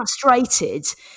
frustrated